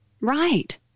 Right